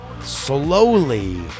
slowly